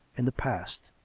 in the past